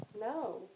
No